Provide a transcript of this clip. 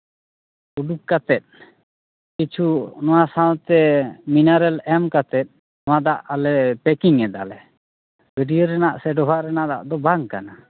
ᱩᱰᱩᱠ ᱠᱟᱛᱮᱫ ᱠᱤᱪᱷᱩ ᱱᱚᱣᱟ ᱥᱟᱶᱛᱮ ᱢᱤᱱᱟᱨᱮᱞ ᱮᱢᱠᱟᱛᱮ ᱟᱞᱮ ᱯᱮᱠᱤᱝ ᱮᱫᱟᱞᱮ ᱜᱟᱹᱰᱭᱟᱹ ᱨᱮᱱᱟᱜ ᱥᱮ ᱰᱚᱵᱷᱟᱜ ᱨᱮᱱᱟᱜ ᱫᱟᱜ ᱫᱚ ᱵᱟᱝ ᱠᱟᱱᱟ